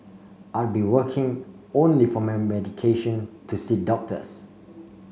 I'll be working only for my medication to see doctors